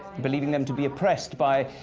believing them to be oppressed by.